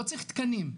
לא צריך תקנים,